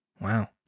Wow